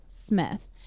Smith